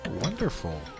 Wonderful